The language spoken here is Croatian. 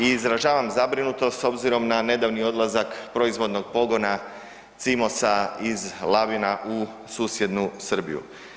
I izražavam zabrinutost s obzirom na nedavni odlazak proizvodnog pogona Cimosa iz Labina u susjednu Srbiju.